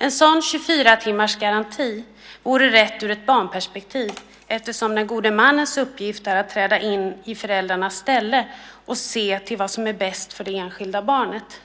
En sådan 24-timmarsgaranti vore rätt i ett barnperspektiv eftersom den gode mannens uppgift är att träda in i föräldrarnas ställe och se till vad som är bäst för det enskilda barnet.